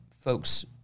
folks